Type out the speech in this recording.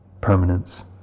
permanence